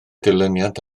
dilyniant